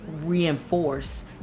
reinforce